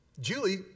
Julie